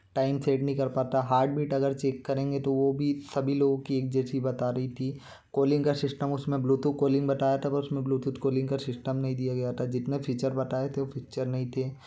time set नहीं कर पाता हार्ट बीट अगर चेक करेंगे तो वो भी सभी लोगों की एक जैसी बता रही थी कोलिंग का सिस्टम उस में ब्लूटूथ कोलिंग बताया था पर उस में ब्लूटूथ कॉलिंग का सिस्टम नहीं दिया गया था जितने फ़ीचर बताए थे फ़ीचर नहीं थे